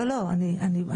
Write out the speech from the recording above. לא, לא, אני מצטערת.